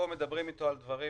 כאן מדברים אתו על דברים